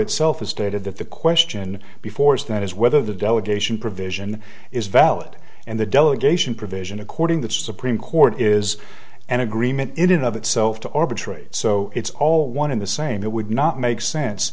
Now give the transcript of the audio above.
itself has stated that the question before us that is whether the delegation provision is valid and the delegation provision according to the supreme court is an agreement in and of itself to arbitrate so it's all one in the same it would not make sense